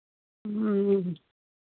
ह्म्म